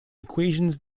equations